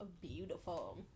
beautiful